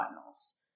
finals